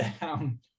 down